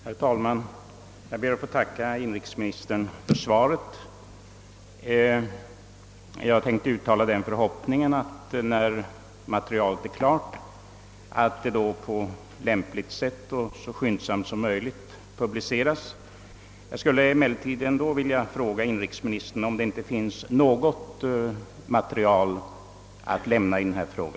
Herr talman! Jag ber att få tacka inrikesministern för svaret. Jag hoppas att materialet när det är färdigt publiceras på lämpligt sätt och så skyndsamt som möjligt. Jag skulle emellertid ändå vilja fråga inrikesministern, om det inte finns något material att lämna nu i denna fråga.